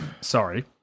Sorry